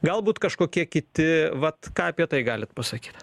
galbūt kažkokie kiti vat ką apie tai galit pasakyt